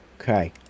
Okay